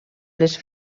les